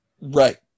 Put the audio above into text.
Right